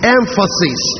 emphasis